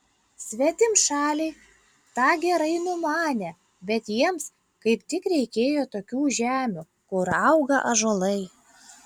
svetimšaliai tą gerai numanė bet jiems kaip tik reikėjo tokių žemių kur auga ąžuolai